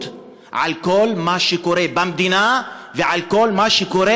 לכל מה שקורה במדינה ולכל מה שקורה,